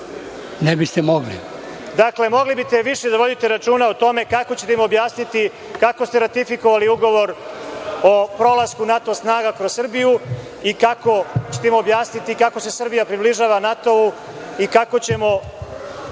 ne biste mogli.